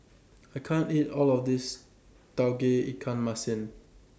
I can't eat All of This Tauge Ikan Masin